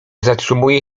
zatrzymuje